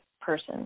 person